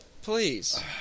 Please